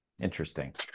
interesting